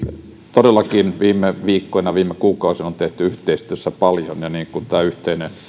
todellakin viime viikkoina viime kuukausina on tehty yhteistyössä paljon niin kuin tämä yhteinen